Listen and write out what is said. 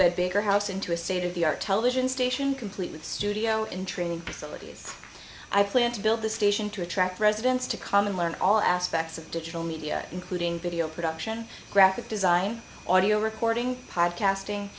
obit bigger house into a state of the art television station complete with studio in training facilities i plan to build the station to attract residents to come and learn all aspects of digital media including video production graphic design audio recording podcasting